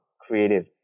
creative